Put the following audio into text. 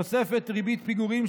תוספת ריבית פיגורים,